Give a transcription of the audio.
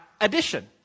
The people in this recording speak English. addition